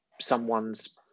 someone's